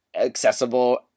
accessible